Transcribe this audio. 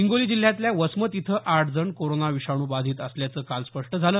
हिंगोली जिल्ह्यातल्या वसमत इथं आठ जण कोरोना विषाणू बाधित असल्याचं काल स्पष्ट झालं